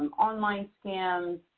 um online scams.